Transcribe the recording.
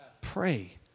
Pray